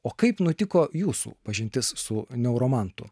o kaip nutiko jūsų pažintis su neuromantu